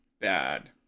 bad